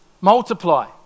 Multiply